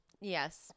yes